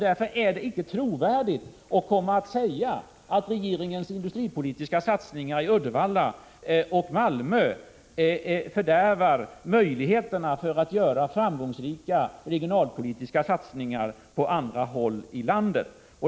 Därför är det icke trovärdigt att säga att regeringens industripolitiska satsningar i Uddevalla och Malmö fördärvar möjligheterna när det gäller att göra framgångsrika regionalpolitiska satsningar på andra håll i landet.